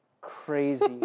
crazy